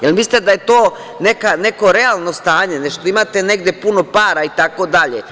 Da li mislite da je to neko realno stanje, imate negde puno para, itd.